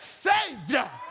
savior